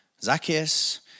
Zacchaeus